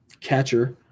catcher